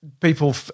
people